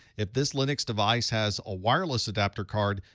if this linux device has a wireless adapter card,